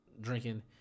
drinking